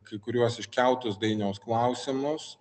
kai kuriuos iškeltus dainiaus klausimus